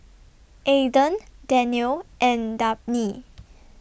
Ayden Danniel and Dabney